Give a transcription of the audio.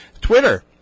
Twitter